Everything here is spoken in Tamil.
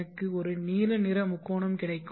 எனக்கு ஒரு நீல நிற முக்கோணம் கிடைக்கும்